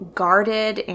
guarded